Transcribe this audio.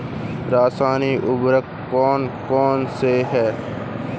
रासायनिक उर्वरक कौन कौनसे हैं?